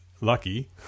lucky